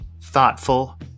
thoughtful